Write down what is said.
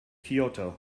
kyoto